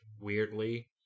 Weirdly